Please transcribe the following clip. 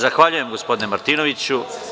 Zahvaljujem, gospodine Martinoviću.